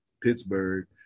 Pittsburgh